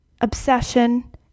obsession